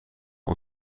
een